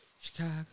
Chicago